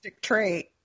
trait